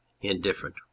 Indifferent